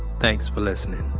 thanks for listening